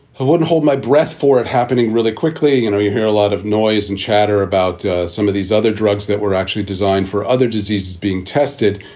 i wouldn't hold my breath for it happening really quickly. you know, you hear a lot of noise and chatter about some of these other drugs that were actually designed for other diseases being tested.